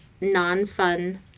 non-fun